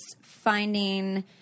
finding